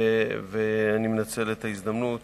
ואני מנצל את ההזדמנות